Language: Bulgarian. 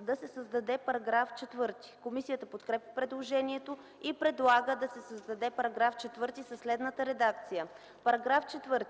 да се създаде § 4. Комисията подкрепя предложението и предлага да се създаде § 4 със следната редакция: „§ 4.